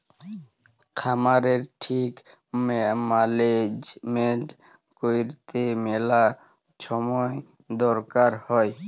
খামারের ঠিক ম্যালেজমেল্ট ক্যইরতে ম্যালা ছময় দরকার হ্যয়